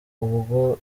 ubwo